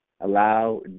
Allow